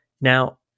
now